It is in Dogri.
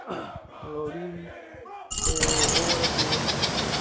लोहड़ी गी ते होर बी